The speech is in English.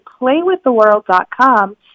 playwiththeworld.com